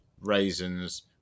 raisins